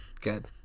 good